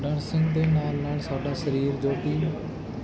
dancing ਦੇ ਨਾਲ ਨਾਲ ਸਾਡਾ ਸਰੀਰ ਜੋ ਕਿ